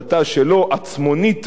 עצמונית ועצמאית,